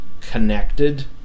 connected